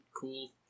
cool